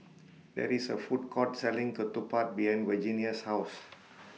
There IS A Food Court Selling Ketupat behind Virginia's House